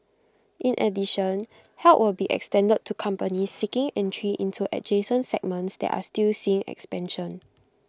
in addition help will be extended to companies seeking entry into adjacent segments that are still seeing expansion